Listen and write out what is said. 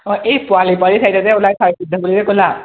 অঁ এই পোৱালি পোৱালি চাৰিটা যে ওলায় চাৰি সিদ্ধ বুলি যে ক'লা